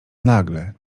nagle